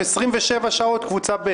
27 שעות קבוצה ב'.